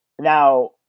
Now